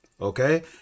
okay